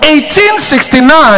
1869